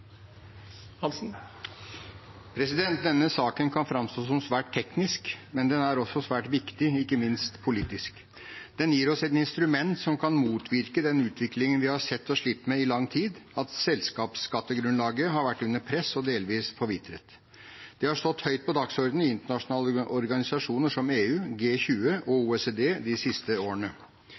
også svært viktig, ikke minst politisk. Den gir oss et instrument som kan motvirke den utviklingen vi har sett og slitt med i lang tid, at selskapsskattegrunnlaget har vært under press og delvis forvitret. Det har stått høyt på dagsordenen hos internasjonale organisasjoner som EU, G20 og OECD de siste årene.